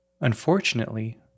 Unfortunately